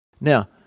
Now